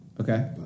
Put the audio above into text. okay